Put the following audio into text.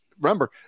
remember